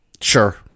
Sure